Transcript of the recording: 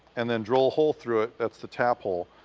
and then drill a hole through it. that's the tap hole.